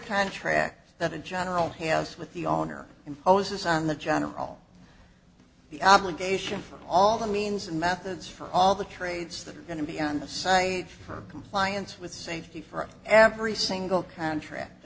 contract that a general has with the owner imposes on the general the obligation for all the means and methods for all the traits that are going to be on the site for compliance with safety for every single